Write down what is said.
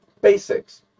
Basics